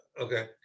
Okay